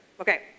Okay